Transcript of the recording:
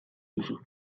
duzu